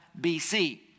BC